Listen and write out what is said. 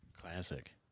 Classic